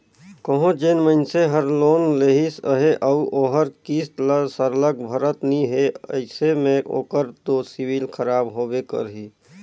कहों जेन मइनसे हर लोन लेहिस अहे अउ ओहर किस्त ल सरलग भरत नी हे अइसे में ओकर दो सिविल खराब होबे करही